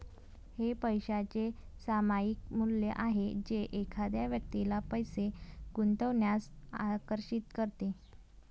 हे पैशाचे सामायिक मूल्य आहे जे एखाद्या व्यक्तीला पैसे गुंतवण्यास आकर्षित करते